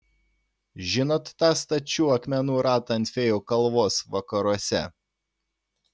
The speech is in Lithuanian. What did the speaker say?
žinot tą stačių akmenų ratą ant fėjų kalvos vakaruose